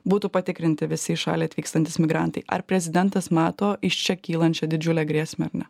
būtų patikrinti visi į šalį atvykstantys migrantai ar prezidentas mato iš čia kylančią didžiulę grėsmę ar ne